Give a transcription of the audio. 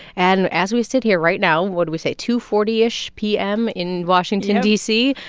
and as we sit here right now what'd we say? two forty ish p m. in washington, d c,